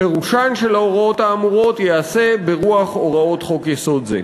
פירושן של ההוראות האמורות ייעשה ברוח הוראות חוק-יסוד זה.